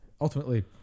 Ultimately